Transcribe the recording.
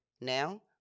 Now